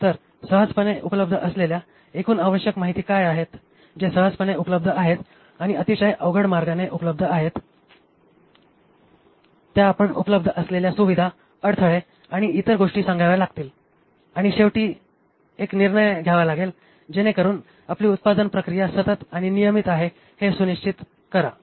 तर सहजपणे उपलब्ध असलेल्या एकूण आवश्यक माहिती काय आहेत जे सहजपणे उपलब्ध आहेत आणि अतिशय अवघड मार्गाने उपलब्ध आहेत त्या आपण उपलब्ध असलेल्या सुविधा अडथळे आणि इतर गोष्टी सांगाव्या लागतील आणि शेवटी घ्या एक निर्णय जेणेकरून आपली उत्पादन प्रक्रिया सतत आणि नियमित आहे हे सुनिश्चित करा